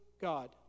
God